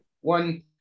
one